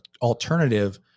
alternative